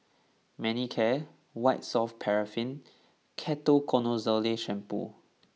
Manicare White Soft Paraffin Ketoconazole Shampoo